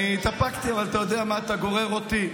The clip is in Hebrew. אני התאפקתי, אבל אתה יודע מה, אתה גורר אותי,